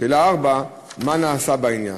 מה נעשה בעניין?